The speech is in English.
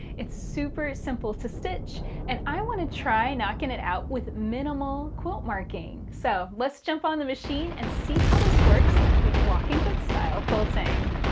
it's super simple to stitch and i want to try knocking it out with minimal quilt marking. so let's jump on the machine and see how this works with walking foot-style quilting.